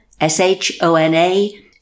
S-H-O-N-A